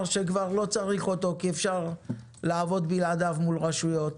שכבר לא צריך אותו כי אפשר לעבוד בלעדיו מול רשויות,